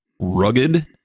rugged